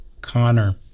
Connor